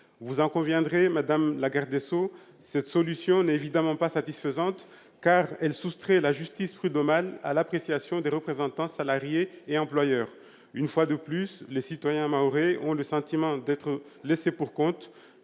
Vous conviendrez, madame la garde des sceaux, que cette solution n'est à l'évidence pas satisfaisante, puisqu'elle soustrait la justice prud'homale à l'appréciation des représentants des salariés et des employeurs. Une fois de plus, les citoyens mahorais ont le sentiment d'être laissés pour compte.